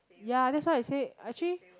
ya that's why I say actually